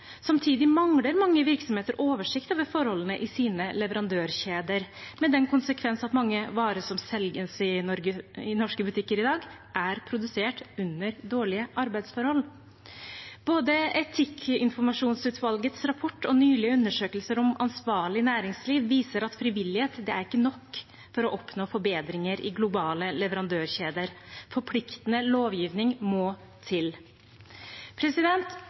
Samtidig mangler mange virksomheter oversikt over forholdene i sine leverandørkjeder, med den konsekvens at mange varer som selges i norske butikker i dag, er produsert under dårlige arbeidsforhold. Både etikkinformasjonsutvalgets rapport og nylige undersøkelser om ansvarlig næringsliv viser at frivillighet ikke er nok for å oppnå forbedringer i globale leverandørkjeder. Forpliktende lovgivning må til.